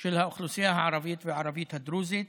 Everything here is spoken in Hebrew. של האוכלוסייה הערבית והערבית הדרוזית.